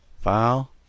file